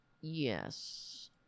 Yes